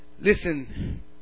Listen